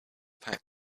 pack